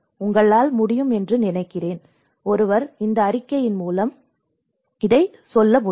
உங்களால் முடியும் என்று நினைக்கிறேன் ஒருவர் இந்த அறிக்கையின் மூலம் செல்ல முடியும்